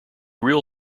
real